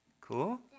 Cool